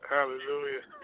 Hallelujah